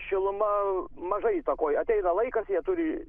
šiluma mažai įtakoja ateina laikas jie turi